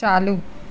चालू